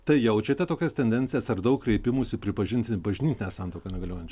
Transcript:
tai jaučiate tokias tendencijas ar daug kreipimųsi pripažinti bažnytinę santuoką negaliojančia